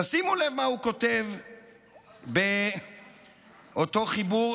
תשימו לב מה הוא כותב באותו חיבור,